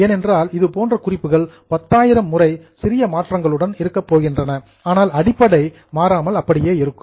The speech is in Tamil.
ஏனென்றால் இது போன்ற குறிப்புகள் பத்தாயிரம் முறை சிறிய மாற்றங்களுடன் இருக்கப் போகின்றன ஆனால் அடிப்படை ரிமைன்ஸ் சேம் மாறாமல் அப்படியே இருக்கும்